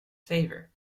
favor